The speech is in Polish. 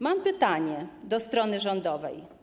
Mam pytanie do strony rządowej: